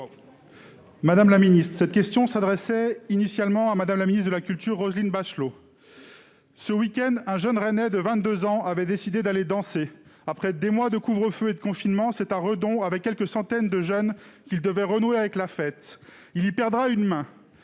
et Territoires. Cette question s'adressait initialement à Mme la ministre de la culture, Roselyne Bachelot. Ce week-end, un jeune rennais de 22 ans avait décidé d'aller danser. Après des mois de couvre-feu et de confinement, c'est à Redon, avec quelques centaines de jeunes, qu'il devait renouer avec la fête. Il y perdra une main,